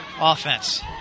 offense